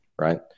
right